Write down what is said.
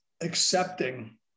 accepting